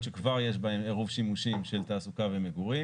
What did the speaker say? שכבר יש בהן עירוב שימושים של תעסוקה ומגורים,